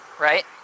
right